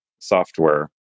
software